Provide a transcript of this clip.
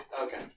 Okay